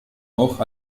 auch